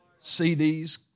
CDs